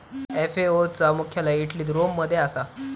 FAO चा मुख्यालय इटलीत रोम मध्ये असा